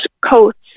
coats